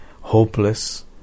hopeless